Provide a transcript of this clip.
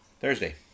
Thursday